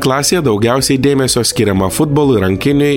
klasėje daugiausiai dėmesio skiriama futbolui rankiniui